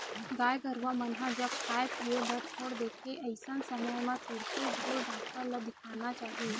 गाय गरुवा मन ह जब खाय पीए बर छोड़ देथे अइसन समे म तुरते ढ़ोर डॉक्टर ल देखाना चाही